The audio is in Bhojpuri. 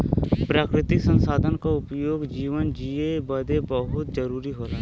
प्राकृतिक संसाधन क उपयोग जीवन जिए बदे बहुत जरुरी होला